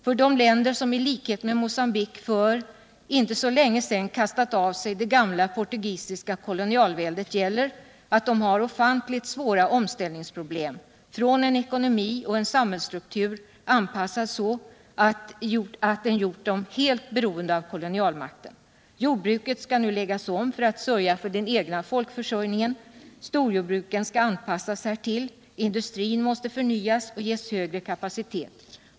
För de länder som i likhet med Mocambique för inte så länge sedan kastat av sig det gamla portugisiska kolonialväldet gäller att de har ofantligt stora problem i samband med omställningen från en ekonomi och en samhällsstruktur som varit anpassad så att den gjort dem helt beroende av kolonialmakten. Jordbruket i Mogambique skall nu läggas om för att klara den egna folkförsörjningen. Storjordbruken skall anpassas härtill. Industrin måste förnyas och ges högre kapacitet.